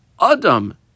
Adam